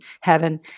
heaven